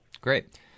Great